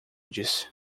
disse